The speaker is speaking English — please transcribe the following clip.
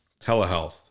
Telehealth